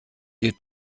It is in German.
ihr